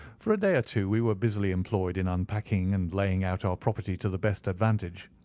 for a day or two we were busily employed in unpacking and laying out our property to the best advantage.